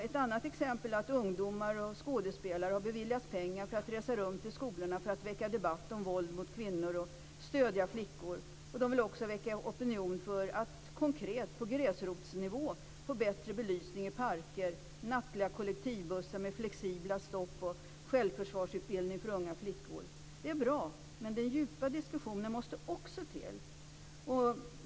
Ett annat exempel är att ungdomar och skådespelare har beviljats pengar för att resa runt till skolorna för att väcka debatt om våld mot kvinnor och för att stödja flickor. De vill också väcka opinion när det gäller konkreta saker på gräsrotsnivå. Det handlar om att man skall få bättre belysning i parker, nattliga kollektivbussar med flexibla stopp och självförsvarsutbildning för unga flickor. Det här är bra. Men den djupa diskussionen måste också finnas.